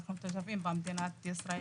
אנחנו תושבים במדינת ישראל,